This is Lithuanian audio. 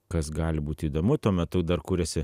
kas gali būti įdomu tuo metu dar kūrėsi